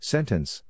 Sentence